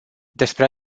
despre